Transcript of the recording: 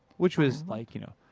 which was like, you know.